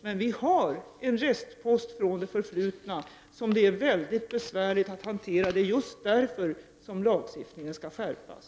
Men vi har en restpost från det förflutna som det är väldigt besvärligt att hantera. Det är just därför som lagstiftningen nu skall skärpas.